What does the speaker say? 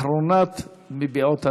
אחרונת מביעות הדעה,